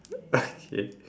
okay